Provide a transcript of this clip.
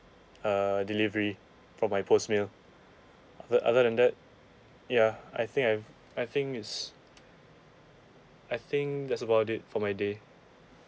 err delivery from my post mail other other than that ya I think I've I think it's I think that's about it for my day